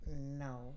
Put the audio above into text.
No